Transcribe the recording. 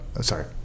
sorry